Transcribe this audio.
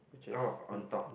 oh on top